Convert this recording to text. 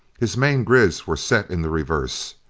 his main grids were set in the reverse.